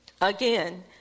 Again